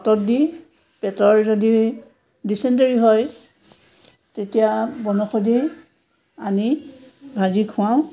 পাটত দি পেটৰ যদি ডিচেণ্টৰি হয় তেতিয়া বনৌষধি আনি ভাজি খোৱাওঁ